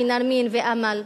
נרמין ואמאל.